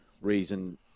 reason